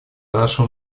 нашему